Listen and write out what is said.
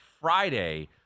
Friday